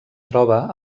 troba